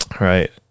right